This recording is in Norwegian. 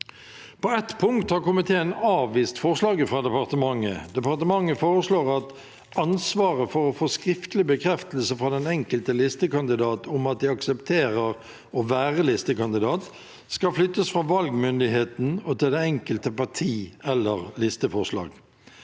På et punkt har komiteen avvist forslaget fra departementet. Departementet foreslår at ansvaret for å få skriftlig bekreftelse fra den enkelte listekandidat om at de aksepterer å være listekandidat, skal flyttes fra valgmyndigheten og til det enkelte parti eller listeforslag.